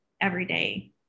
everyday